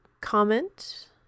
comment